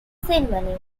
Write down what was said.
ceremony